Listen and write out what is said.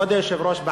כבוד היושב-ראש,